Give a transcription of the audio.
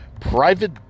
private